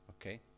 Okay